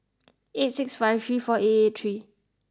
eight six five three four eight eight three